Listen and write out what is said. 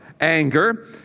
anger